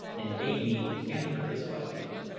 and bade me answer his questions.